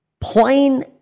plain